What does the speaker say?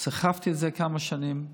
סחבתי את זה כמה שנים,